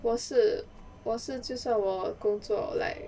我是我是就算我工作 like